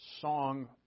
song